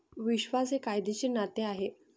विश्वास हे कायदेशीर नाते आहे